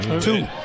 Two